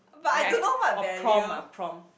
okay I orh prom ah prom